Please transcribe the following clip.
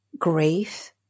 grief